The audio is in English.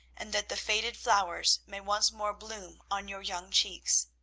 and that the faded flowers may once more bloom on your young cheeks.